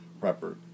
prepper